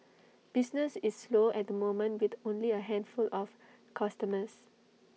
business is slow at the moment with only A handful of customers